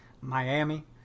Miami